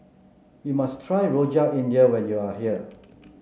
you must try Rojak India when you are here